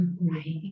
Right